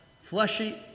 fleshy